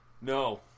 No